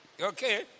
Okay